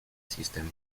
system